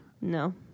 No